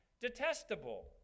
Detestable